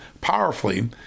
powerfully